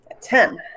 Ten